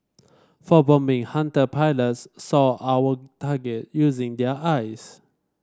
for bombing Hunter pilots sought our target using their eyes